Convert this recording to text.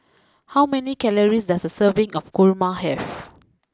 how many calories does a serving of Kurma have